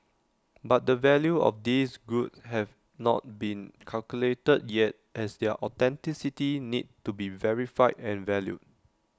but the value of these goods have not been calculated yet as their authenticity need to be verified and valued